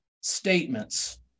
statements